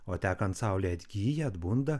o tekant saulei atgyja atbunda